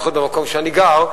בייחוד במקום שאני גר,